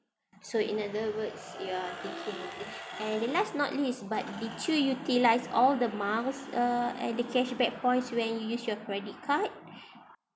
so in another words you're thinking and last not least but did you utilise all the miles uh uh and the cash back points when you use your credit card